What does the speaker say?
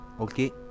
okay